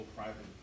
private